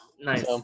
Nice